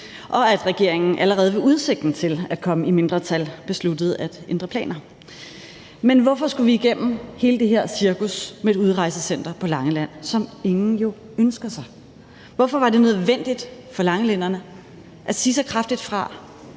og at regeringen allerede ved udsigten til at komme i mindretal besluttede at ændre planer. Men hvorfor skulle vi igennem hele det her cirkus med et udrejsecenter på Langeland, som ingen ønsker sig? Hvorfor var det nødvendigt for langelænderne at sige så kraftigt fra